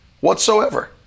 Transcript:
whatsoever